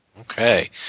Okay